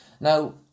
now